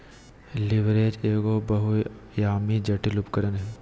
leverage एगो बहुआयामी, जटिल उपकरण हय